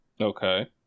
okay